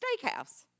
Steakhouse